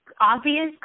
obvious